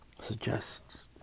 suggests